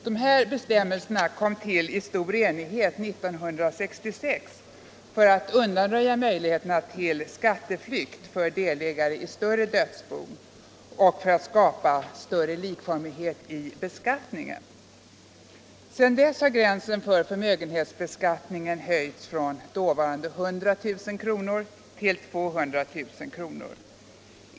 De här bestämmelserna kom till i stor enighet 1966 för att undanröja möjligheterna till skatteflykt för delägare i större dödsbon och för att skapa större likformighet i beskattningen. Sedan dess har gränsen för förmögenhetsbeskattningen höjts från dåvarande 100 000 kr. till 200 000 kr.